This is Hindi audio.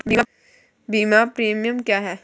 बीमा प्रीमियम क्या है?